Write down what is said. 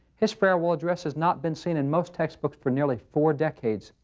his farewell address has not been seen in most textbooks for nearly four decades.